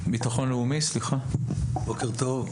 בוקר טוב.